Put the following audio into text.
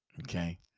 Okay